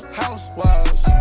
housewives